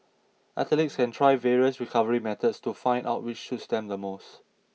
athletes can try various recovery methods to find out which suits them the most